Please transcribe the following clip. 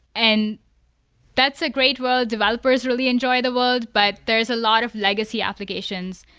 and that's a great world. developers really enjoy the world, but there's a lot of legacy applications,